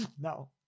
no